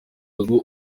ngo